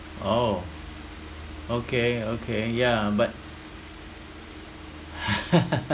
oh okay okay yeah but